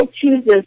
chooses